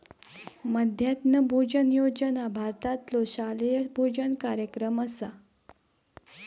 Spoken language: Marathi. मध्यान्ह भोजन योजना भारतातलो शालेय भोजन कार्यक्रम असा